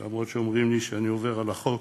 למרות שאומרים לי שאני עובר על החוק